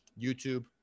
YouTube